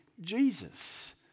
Jesus